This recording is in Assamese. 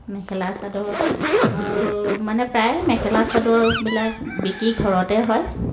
মেখেলা চাদৰ মানে প্ৰায় মেখেলা চাদৰবিলাক বিক্ৰী ঘৰতে হয়